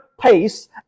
pace